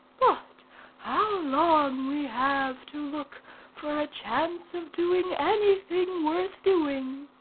but how long we have to look for a chance of doing anything worth doing,